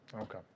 Okay